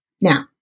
Now